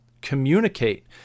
communicate